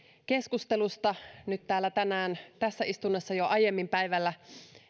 keskustelusta nyt täällä tänään tässä istunnossa jo aiemmin päivällä